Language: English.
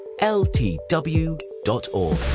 ltw.org